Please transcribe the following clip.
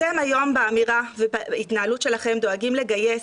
אתם היום באמירה ובהתנהלות שלכם דואגים לגייס,